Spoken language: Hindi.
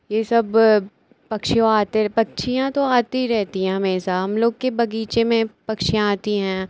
ये सब पक्षियों आते पक्षियाँ तो आती ही रहती हैं हमेशा हम लोग के बग़ीचे में पक्षियाँ आती हैं